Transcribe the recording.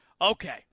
Okay